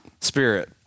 spirit